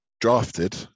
drafted